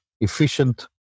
efficient